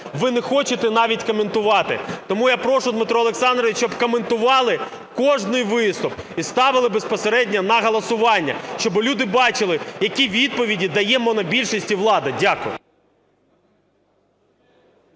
Ви не хочете навіть коментувати. Тому я прошу, Дмитро Олександрович, щоб коментували кожний виступ і ставили безпосередньо на голосування, щоб люди бачили, які відповіді дає монобільшість і влада. Дякую.